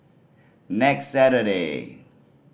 next Saturday